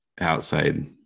outside